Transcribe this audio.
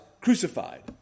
crucified